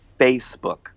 Facebook